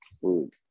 food